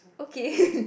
okay